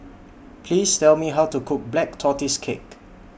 Please Tell Me How to Cook Black Tortoise Cake